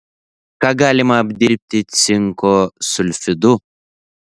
ką galima apdirbti cinko sulfidu